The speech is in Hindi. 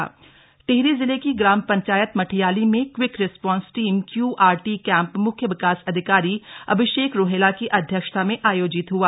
क्यूआरटी टिहरी टिहरी जिले की ग्राम पंचायत मठियाली में quick response team QRT camp म्ख्य विकास अधिकारी अभिषेक रूहेला की अध्यक्षता में आयोजित हुआ